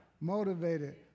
motivated